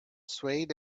swayed